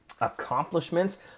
accomplishments